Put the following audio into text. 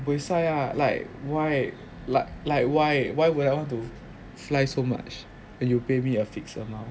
buaysai ah like why like like why why would I want to fly so much and you pay me a fixed amount